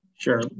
Sure